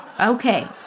Okay